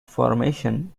formations